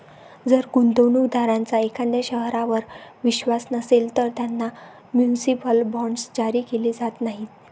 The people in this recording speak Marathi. जर गुंतवणूक दारांचा एखाद्या शहरावर विश्वास नसेल, तर त्यांना म्युनिसिपल बॉण्ड्स जारी केले जात नाहीत